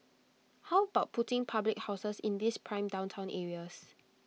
how about putting public housing in these prime downtown areas